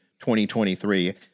2023